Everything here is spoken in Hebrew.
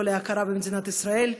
לא להכרה במדינת ישראל,